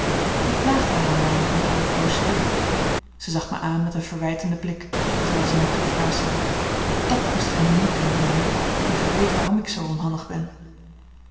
ik plaagde haar een weinig met hare gaucherie zij zag mij aan met een verwijtenden blik terwijl zij mij toefluisterde dàt moest gij nu niet doen leo nu gij weet waarom ik zoo onhandig ben